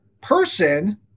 person